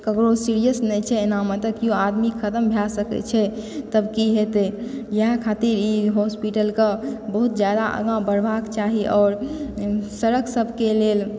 ककरो सीरियस नहि छै एनामे तऽ केओ आदमी खतम भए सकए छै तब की हेतए इएह खातिर ई हॉस्पिटलके बहुत जादा आगाँ बढ़वाके चाही आओर सड़क सबकेँ लेल